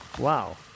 Wow